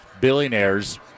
billionaires